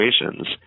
situations